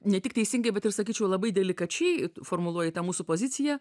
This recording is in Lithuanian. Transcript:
ne tik teisingai bet ir sakyčiau labai delikačiai formuluojate mūsų poziciją